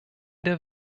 der